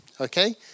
Okay